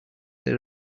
they